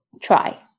try